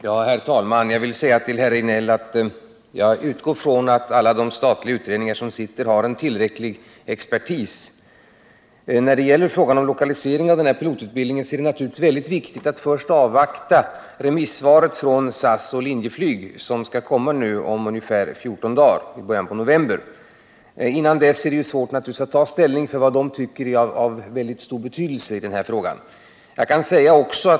Herr talman! Jag vill säga till herr Rejdnell att jag utgår ifrån att alla de statliga utredningar som tillsätts har en tillräckligt kunnig expertis. När det gäller frågan om lokaliseringen av pilotutbildningen är det naturligtvis mycket viktigt att först avvakta remissvaren från SAS och Linjeflyg, vilka beräknas komma i början av november. Innan dess är det naturligtvis svårt att ta ställning till vad dessa remissinstanser anser vara av stor betydelse i denna fråga.